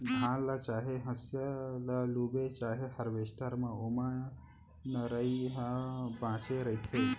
धान ल चाहे हसिया ल लूबे चाहे हारवेस्टर म ओमा नरई ह बाचे रहिथे